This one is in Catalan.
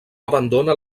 abandona